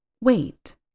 Wait